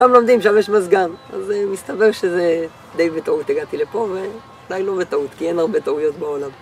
כולם לומדים, שם יש מזגן אז מסתבר שזה די בטעות הגעתי לפה ואולי לא בטעות כי אין הרבה טעויות בעולם